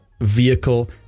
vehicle